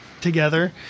together